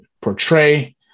portray